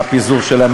מה הפיזור שלהן,